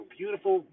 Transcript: beautiful